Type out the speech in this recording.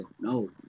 No